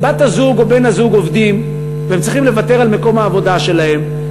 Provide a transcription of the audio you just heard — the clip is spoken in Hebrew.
בת-הזוג או בן-הזוג עובדים והם צריכים לוותר על מקום העבודה שלהם.